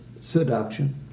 seduction